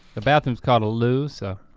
the bathroom's called a loo so.